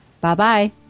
Bye-bye